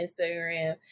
instagram